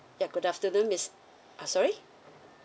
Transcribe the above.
ya good afternoon miss uh sorry